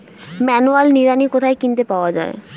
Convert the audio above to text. Manual নিড়ানি কোথায় কিনতে পাওয়া যায়?